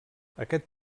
aquest